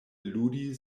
ludi